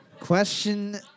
Question